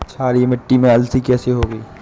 क्षारीय मिट्टी में अलसी कैसे होगी?